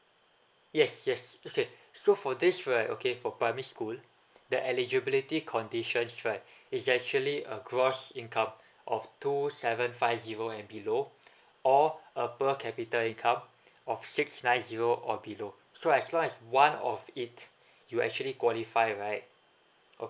yes yes okay so for this right okay for primary school the eligibility conditions right is actually a gross income of two seven five zero and below or a per capital income of six nine zero or below so as long as one of it you actually qualify right